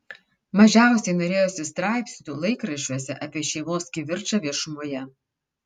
mažiausiai norėjosi straipsnių laikraščiuose apie šeimos kivirčą viešumoje